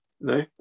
No